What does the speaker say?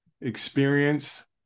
experience